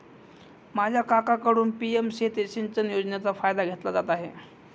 माझा काकांकडून पी.एम शेती सिंचन योजनेचा फायदा घेतला जात आहे